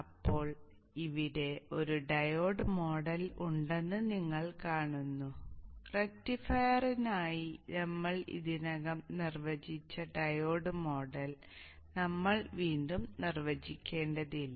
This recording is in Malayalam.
ഇപ്പോൾ ഇവിടെ ഒരു ഡയോഡ് മോഡൽ ഉണ്ടെന്ന് നിങ്ങൾ കാണുന്നു റക്റ്റിഫയറിനായി നമ്മൾ ഇതിനകം നിർവചിച്ച ഡയോഡ് മോഡൽ നമ്മൾ വീണ്ടും നിർവചിക്കേണ്ടതില്ല